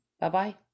Bye-bye